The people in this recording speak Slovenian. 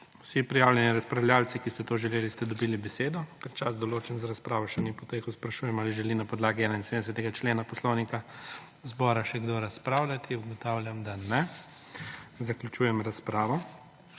Vsi prijavljeni razpravljavci, ki ste to želeli, ste dobili besedo. Ker čas, določen za razpravo, še ni potekel sprašujem ali želi na podlagi 71. člena Poslovnika zbora še kdo razpravljati? Ugotavljam, da ne. Zaključujem razpravo.